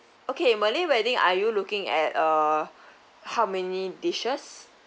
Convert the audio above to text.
okay malay wedding are you looking at uh how many dishes